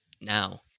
now